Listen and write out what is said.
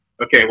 Okay